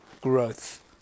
growth